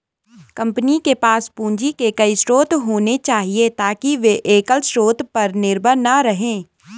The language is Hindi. कंपनी के पास पूंजी के कई स्रोत होने चाहिए ताकि वे एकल स्रोत पर निर्भर न रहें